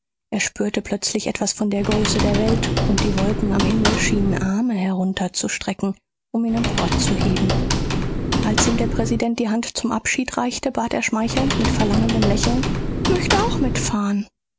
er spürte plötzlich etwas von der größe der welt und die wolken am himmel schienen arme herunterzustrecken um ihn emporzuheben als ihm der präsident die hand zum abschied reichte bat er schmeichelnd mit verlangendem lächeln möcht auch mitfahren